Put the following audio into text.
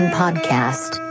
podcast